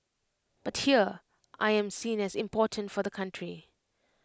but here I am seen as important for the country